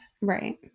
Right